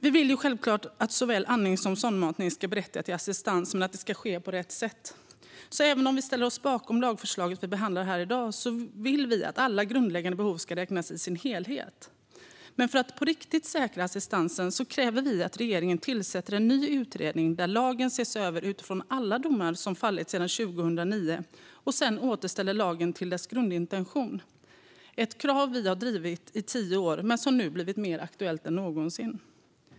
Vi vill självklart att såväl andning som sondmatning ska berättiga till assistans, men att det ska ske på rätt sätt. Så även om vi ställer oss bakom lagförslaget som vi behandlar här i dag vill vi att alla grundläggande behov i sin helhet ska räknas. Men för att på riktigt säkra assistansen kräver vi att regeringen tillsätter en ny utredning där lagen ses över utifrån alla domar som fallit sedan 2009 och sedan återställer lagen till dess grundintention. Det är ett krav som vi har drivit i tio år men som nu har blivit mer aktuellt än någonsin. Fru talman!